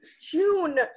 June